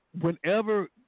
whenever